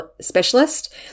specialist